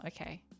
okay